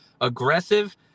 Aggressive